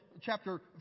chapter